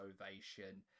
ovation